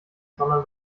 sondern